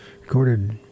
recorded